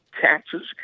taxes